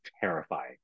terrifying